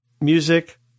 music